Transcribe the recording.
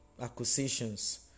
acquisitions